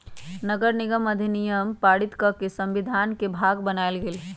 नगरनिगम अधिनियम पारित कऽ के संविधान के भाग बनायल गेल